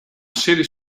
city